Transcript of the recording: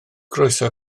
groeso